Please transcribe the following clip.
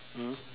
mm